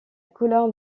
couleur